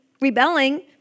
rebelling